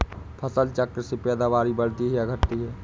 फसल चक्र से पैदावारी बढ़ती है या घटती है?